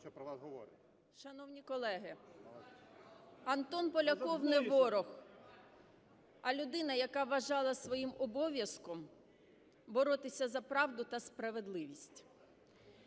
Шановні колеги, Антон Поляков не ворог, а людина, яка вважала своїм обов'язком боротися за правду та справедливість.